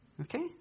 Okay